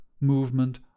movement